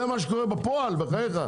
זה מה שקורה בפועל בחייך.